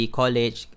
college